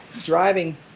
driving